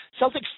Celtics